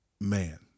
man